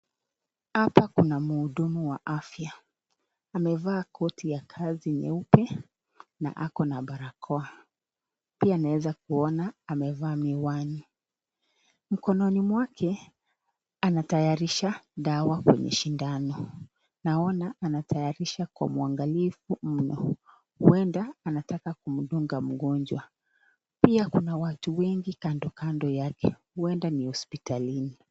Hapa kuna muhudumu wa afya amevaa koti ya kazi nyeupe na ako na barakoa pia nawezaona amevaa miwani mkononi mwake anatayarisha dawa kwenye shindano naona anatayarisha kwa mwangalifu mno huenda anataka kudunga mgonjwa, pia kuna watu wengi kando kando yake uenda ni hosipitalini.